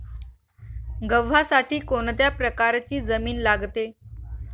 गव्हासाठी कोणत्या प्रकारची जमीन लागते?